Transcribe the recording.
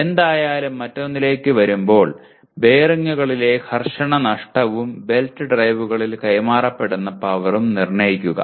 എന്തായാലും മറ്റൊന്നിലേക്ക് വരുമ്പോൾ ബെയറിംഗുകളിലെ ഘർഷണ നഷ്ടവും ബെൽറ്റ് ഡ്രൈവുകളിൽ കൈമാറപ്പെടുന്ന പവറും നിർണ്ണയിക്കുക